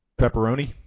pepperoni